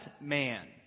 man